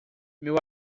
meu